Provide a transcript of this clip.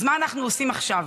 אז מה אנחנו עושים עכשיו?